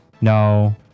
No